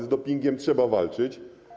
Z dopingiem trzeba walczyć.